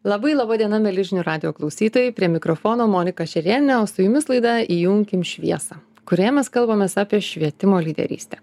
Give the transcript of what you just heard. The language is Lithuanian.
labai laba diena mieli žinių radijo klausytojai prie mikrofono monika šerėnienė su jumis laida įjunkim šviesą kurioje mes kalbamės apie švietimo lyderystę